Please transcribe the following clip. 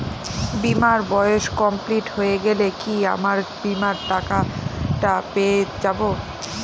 বীমার বয়স কমপ্লিট হয়ে গেলে কি আমার বীমার টাকা টা পেয়ে যাবো?